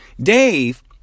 Dave